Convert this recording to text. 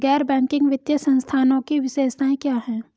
गैर बैंकिंग वित्तीय संस्थानों की विशेषताएं क्या हैं?